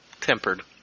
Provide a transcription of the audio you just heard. tempered